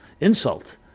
insult